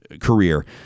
career